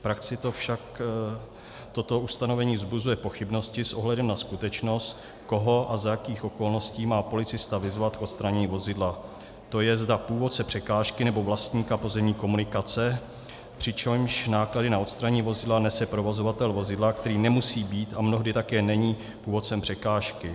V praxi však toto ustanovení vzbuzuje pochybnosti s ohledem na skutečnost, koho a za jakých okolností má policista vyzvat k odstranění vozidla, tedy zda původce překážky, nebo vlastník pozemní komunikace, přičemž náklady na odstranění vozidla nese provozovatel vozidla, který nemusí být a mnohdy také není původcem překážky.